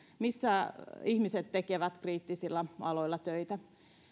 missä ihmiset tekevät kriittisillä aloilla töitä